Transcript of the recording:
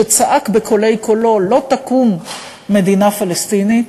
שצעק בקולי-קולות: לא תקום מדינה פלסטינית,